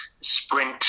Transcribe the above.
sprint